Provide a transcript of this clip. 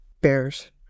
bears